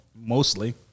mostly